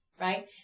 Right